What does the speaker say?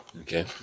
Okay